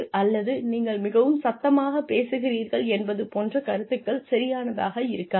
அல்லது நீங்கள் மிகவும் சத்தமாக பேசுகிறீர்கள் என்பது போன்ற கருத்துக்கள் சரியானதாக இருக்காது